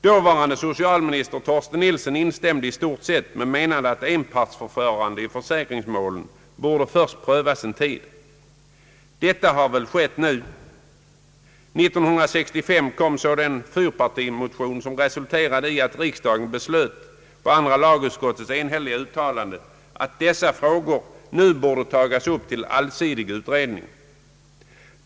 Dåvarande socialministern Torsten Nilsson instämde i stort sett men menade att enpartsförfarande i försäkringsmål först borde prövas en tid. Så har väl skett nu. År 1965 kom så den fyrpartimotion som resulterade i att riksdagen på andra lagutskottets enhälliga uttalande beslöt att dessa frågor nu skulle tagas upp till allsidig utredning.